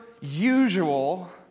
usual